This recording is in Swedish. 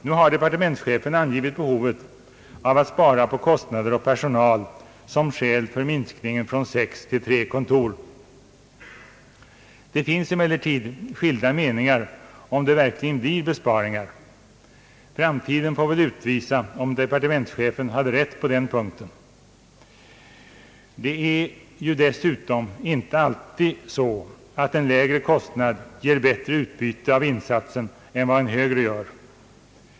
Nu har departementschefen angivit behovet av att spara på kostnader och personal som skäl för minskningen från sex till tre kontor. Det finns emellertid skilda meningar om det verkligen blir besparingar. Framtiden får väl utvisa om departementschefen har rätt på den punkten. Det är ju dessutom inte alltid så, att en lägre kostnad ger bättre utbyte av insatsen än vad en högre gör.